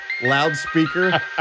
Loudspeaker